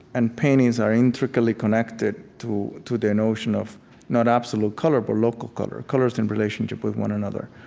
and paintings are intricately connected to to the notion of not absolute color, but local color colors in relationship with one another.